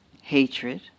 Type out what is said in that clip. hatred